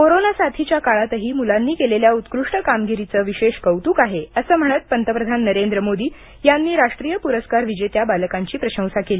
corona साथीच्या काळातही मुलांनी केलेल्या उत्कृष्ट कामगिरीचे विशेष कौतुक आहे असे म्हणत पंतप्रधान नरेंद्र मोदी यांनी राष्ट्रीय पुरस्कार विजेत्या बालकांची प्रशंसा केली